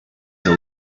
the